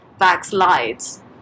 backslides